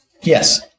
Yes